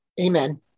Amen